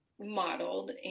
modeled